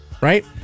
right